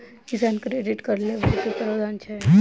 किसान credit card लेबाक की प्रावधान छै?